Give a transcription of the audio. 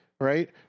Right